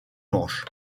manche